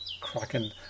cracking